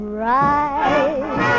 right